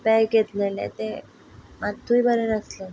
बेग घेतलेले तें मात्तूय बरें नासलें